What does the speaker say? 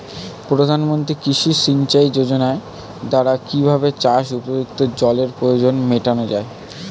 প্রধানমন্ত্রী কৃষি সিঞ্চাই যোজনার দ্বারা কিভাবে চাষ উপযুক্ত জলের প্রয়োজন মেটানো য়ায়?